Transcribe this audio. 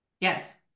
Yes